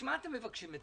בשביל מה אתם מבקשים את